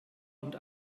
und